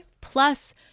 plus